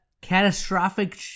catastrophic